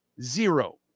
Zero